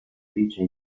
vice